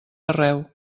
arreu